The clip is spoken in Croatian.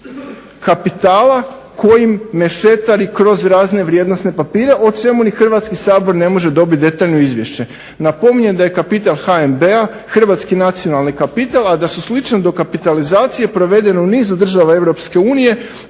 ili 12 milijardi kapitala kojim mešetari kroz razne vrijednosne papire, o čemu ni Hrvatski sabor ne može dobit detaljno izvješće. Napominjem da je kapital HNB-a hrvatski nacionalni kapital, a da su slične dokapitalizacije provedene u nizu država EU